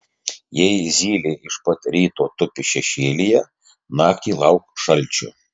jei zylė iš pat ryto tupi šešėlyje naktį lauk šalčio